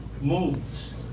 moves